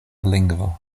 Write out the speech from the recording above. lingvo